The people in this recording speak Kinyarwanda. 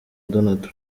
donald